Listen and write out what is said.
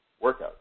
workout